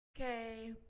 Okay